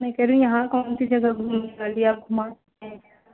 मैं कह रही हूँ यहाँ कौन सी जगह घूमने वाली है आप घुमा सकते हैं क्या